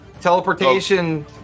Teleportation